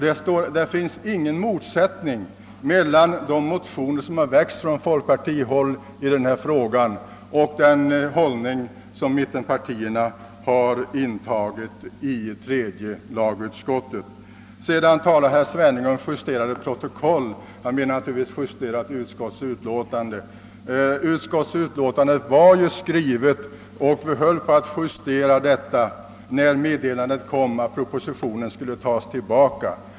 Det råder alltså ingen motsättning mellan de motioner som väckts från folkpartihåll i denna fråga och den hållning som mittenpartierna har intagit i tredje lagutskottet. Herr Svenning talar om justeringar i ett protokoll, men han menar naturligtvis justeringar i ett utskottsutlåtande. Utskottsutlåtandet var ju skrivet och vi höll på att justera det, när meddelandet kom om att propositionen skulle återkallas.